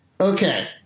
okay